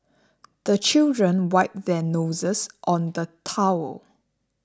the children wipe their noses on the towel